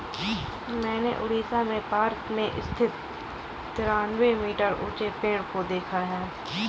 मैंने उड़ीसा में पार्क में स्थित तिरानवे मीटर ऊंचे पेड़ को देखा है